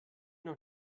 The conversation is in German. doch